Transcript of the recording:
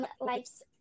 Life's